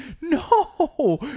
No